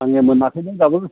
आंनिया मोनाखैना दाबो